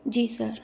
जी sir